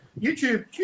YouTube